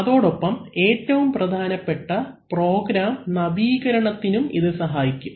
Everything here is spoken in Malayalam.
അതോടൊപ്പം ഏറ്റവും പ്രധാനപ്പെട്ട പ്രോഗ്രാം നവീകരണത്തിനും ഇത് സഹായിക്കും